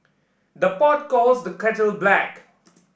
the pot calls the kettle black